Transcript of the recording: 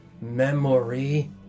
memory